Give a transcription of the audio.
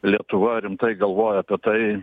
lietuva rimtai galvoja apie tai